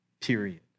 period